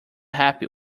happy